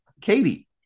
Katie